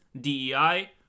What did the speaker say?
DEI